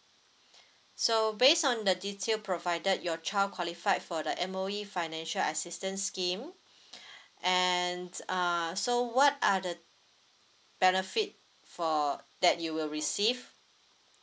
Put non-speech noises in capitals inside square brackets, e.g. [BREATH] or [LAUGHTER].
so base on the detail provided your child qualified for the M_O_E financial assistance scheme [BREATH] and uh so what are the benefit for that you will receive